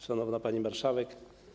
Szanowna Pani Marszałek!